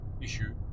Issue